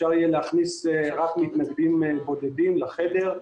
אפשר יהיה להכניס רק מתנגדים בודדים לחדר.